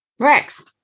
rex